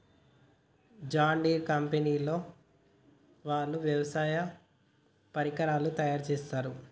John Deere company వాళ్ళు వ్యవసాయ పరికరాలు తయారుచేస్తారు